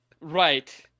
Right